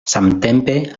samtempe